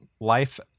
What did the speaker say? life